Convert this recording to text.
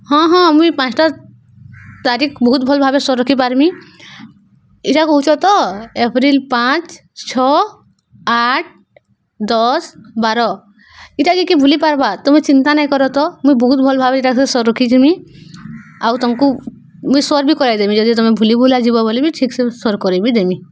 ହଁ ହଁ ମୁଇ ପାଞ୍ଚଟା ତାରିଖ ବହୁତ ଭଲ ଭାବେ ସରିଖି ପାର୍ମି ଇଟା କହୁଛ ତ ଏପ୍ରିଲ ପାଞ୍ଚ ଛଅ ଆଠ ଦଶ ବାର ଇଟା ଯେ କିଏ ବୁଲି ପାର୍ବା ତମେ ଚିନ୍ତା ନାଇଁ କର ତ ମୁଇଁ ବହୁତ ଭଲ ଭାବେ ଏଇଟା ସେ ସରିଖି ଯିମି ଆଉ ତମକୁ ମୁଇଁ ସର୍ ବି କରେଇ ଦେମି ଯଦି ତମେ ଭୁଲି ବୁଲା ଯିବ ବୋଲି ବି ଠିକ୍ସେ ସର୍ କରେଇ ବି ଦେମି